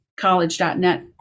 College.net